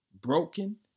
broken